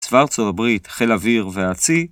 צבא ארצות הברית, חיל אוויר והצי